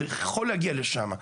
זה יכול להגיע לשם.